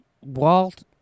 Walt